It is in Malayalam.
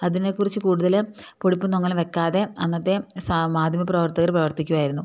അതിനെ കുറിച്ചു കൂടുതൽ പൊടിപ്പും തൊങ്ങലും വയ്ക്കാതെ അന്നത്തെ മാധ്യമ പ്രവർത്തകർ പ്രവർത്തിക്കുമായിരുന്നു